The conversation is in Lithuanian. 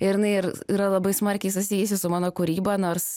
ir jinai ir yra labai smarkiai susijusi su mano kūryba nors